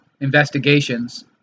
investigations